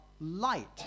light